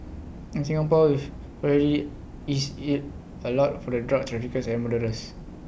in Singapore we've already eased IT A lot for the drug traffickers and murderers